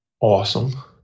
awesome